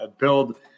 build